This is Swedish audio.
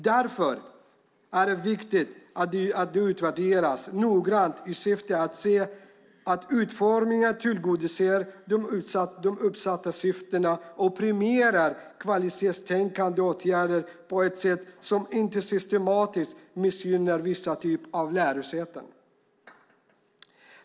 Därför är det viktigt att det utvärderas noggrant i syfte att se att utformningen tillgodoser de uppsatta syftena och premierar kvalitetsstärkande åtgärder på ett sätt som inte systematiskt missgynnar vissa typer av lärosäten.